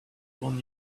one